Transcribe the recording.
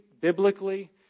biblically